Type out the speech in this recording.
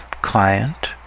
client